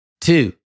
Two